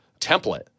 template